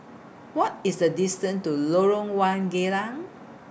What IS The distance to Lorong one Geylang